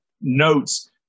notes